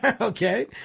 Okay